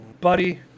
Buddy